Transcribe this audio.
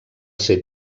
ser